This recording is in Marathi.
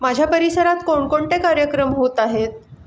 माझ्या परिसरात कोणकोणते कार्यक्रम होत आहेत